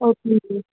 okay okay